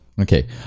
Okay